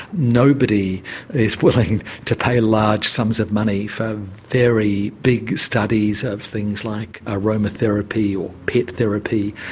nobody is willing to pay large sums of money for very big studies of things like aroma therapy or pet therapy,